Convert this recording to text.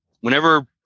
whenever –